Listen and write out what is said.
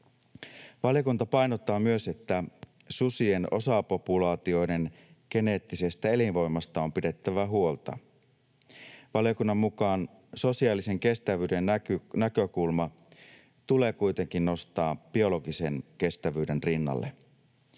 Valiokunta painottaa myös, että susien osapopulaatioiden geneettisestä elinvoimasta on pidettävä huolta. Valiokunnan mukaan sosiaalisen kestävyyden näkökulma tulee kuitenkin nostaa biologisen kestävyyden rinnalle.